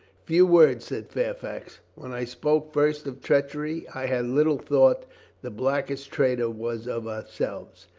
few words, said fairfax. when i spoke first of treachery i had little thought the blackest traitor was of ourselves.